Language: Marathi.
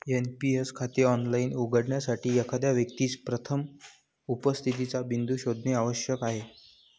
एन.पी.एस खाते ऑफलाइन उघडण्यासाठी, एखाद्या व्यक्तीस प्रथम उपस्थितीचा बिंदू शोधणे आवश्यक आहे